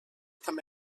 també